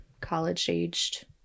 college-aged